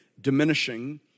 diminishing